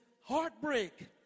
heartbreak